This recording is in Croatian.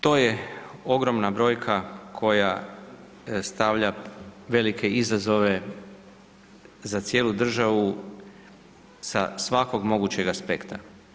To je ogromna brojka koja stavlja velike izazove za cijelu državu sa svakog mogućeg aspekta.